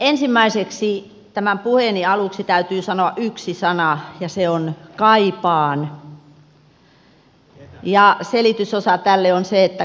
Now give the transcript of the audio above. ensimmäiseksi tämän puheeni aluksi täytyy sanoa yksi sana ja se on kaipaan ja selitysosa tälle on se että kaipaan uutta opetusministeriä